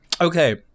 Okay